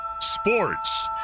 Sports